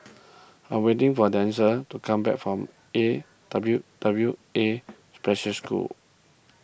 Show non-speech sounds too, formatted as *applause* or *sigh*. *noise* I am waiting for Denzell to come back from A W W A Special School